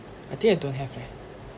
I think I don't have leh